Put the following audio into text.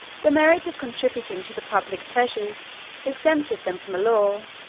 the merit of contributing to the public pleasures exempted them from a law,